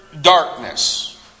darkness